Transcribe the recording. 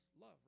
love